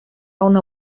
una